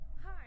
Hi